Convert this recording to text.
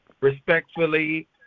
Respectfully